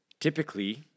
typically